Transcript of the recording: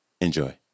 Enjoy